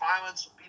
violence